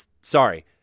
sorry